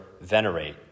venerate